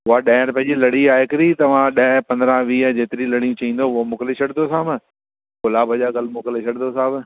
उहा ॾह रुपए जी लड़ी आहे हिकिड़ी तव्हां ॾह पंद्रहं वीह जेतिरी लड़ियूं चवंदो उहो मोकिले छॾंदोसाव मां गुलाब जा कल्ह मोकिले छॾदोसाव